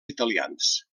italians